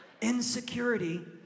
Insecurity